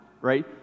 right